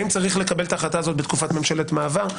האם צריך לקבל את ההחלטה הזו בתקופת ממשלת מעבר,